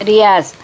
Riyadh